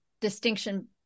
distinction